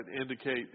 indicate